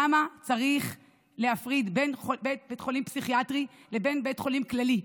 למה צריך להפריד בין בית חולים פסיכיאטרי לבין בית חולים כללי?